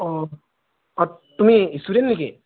অঁ তুমি ষ্টুডেণ্ট নেকি